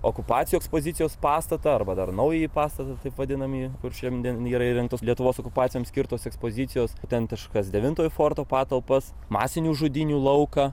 okupacijų ekspozicijos pastatą arba dar naująjį pastatą taip vadinami kur šiandien yra įrengtos lietuvos okupacijoms skirtos ekspozicijos autentiškas devintojo forto patalpas masinių žudynių lauką